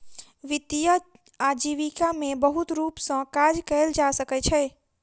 वित्तीय आजीविका में बहुत रूप सॅ काज कयल जा सकै छै